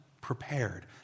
prepared